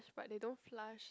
but they don't flush